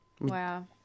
Wow